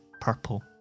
purple